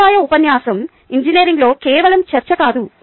సాంప్రదాయ ఉపన్యాసం ఇంజనీరింగ్లో కేవలం చర్చ కాదు